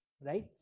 right